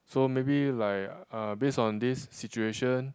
so maybe like uh based on this situation